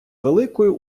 великою